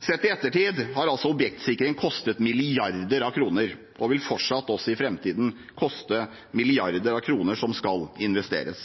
Sett i ettertid har objektsikring kostet milliarder av kroner, og det vil også i framtiden koste milliarder av kroner, som skal investeres.